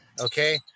okay